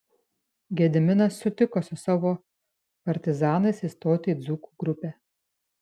gediminas sutiko su savo partizanais įstoti į dzūkų grupę